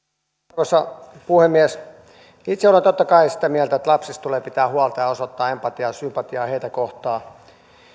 arvoisa puhemies itse olen totta kai sitä mieltä että lapsista tulee pitää huolta ja osoittaa empatiaa ja sympatiaa heitä kohtaan